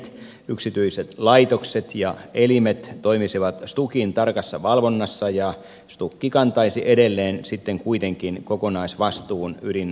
yksityiset laitokset ja elimet toimisivat stukin tarkassa valvonnassa ja stuk kantaisi edelleen sitten kuitenkin kokonaisvastuun ydinturvallisuudesta